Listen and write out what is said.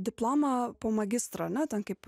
diplomą po magistro ane ten kaip